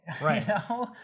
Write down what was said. Right